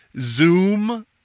Zoom